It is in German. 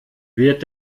wird